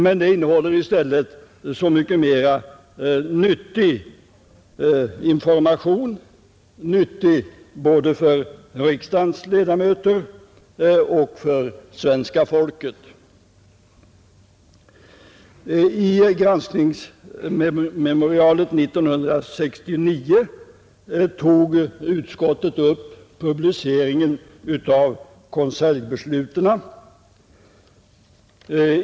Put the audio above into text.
Men det innehåller i stället så mycket mera nyttig information, nyttig både för riksdagens ledamöter och för svenska folket. I granskningsmemorialet 1969 tog utskottet upp publiceringen av konseljbesluten.